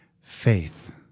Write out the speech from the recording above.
Faith